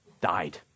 died